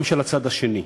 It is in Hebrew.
גם של הצד השני,